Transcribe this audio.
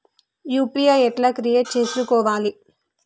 UPI ఎట్లా create చేసుకోవాలి?